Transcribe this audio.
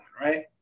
right